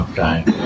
time